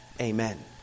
Amen